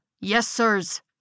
yes-sirs